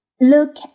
look